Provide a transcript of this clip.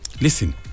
Listen